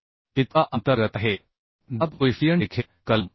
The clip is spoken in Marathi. इतका अंतर्गत आहे दाब कोइफिसियन्ट देखील कलम 6